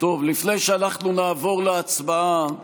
לפני שנעבור להצבעה,